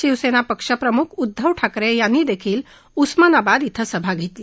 शिवसेना पक्षप्रमुख उद्दव ठाकरे यांनी उस्मानाबाद इथं सभा घेतली